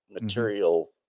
material